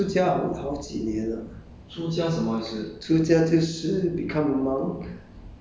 我去我就去出家 ah 我去出家好好几年了